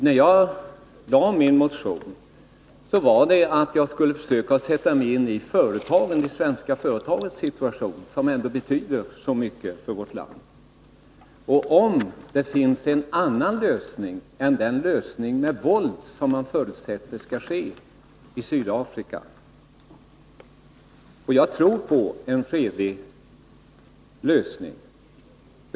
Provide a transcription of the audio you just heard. När jag väckte min motion var avsikten att jag ville försöka sätta mig in i situationen för de svenska företagen, som ändå betyder så mycket för vårt land, och se om det finns en annan lösning i Sydafrika än den våldslösning som man förutsätter. Jag tror på en fredlig lösning.